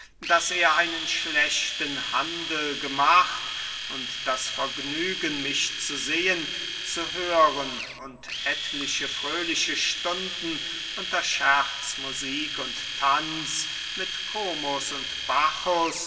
daß er einen schlechten handel gemacht und das vergnügen mich zu sehen zu hören und etliche fröhliche stunden unter scherz musik und tanz mit komus und bacchus